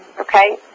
okay